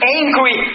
angry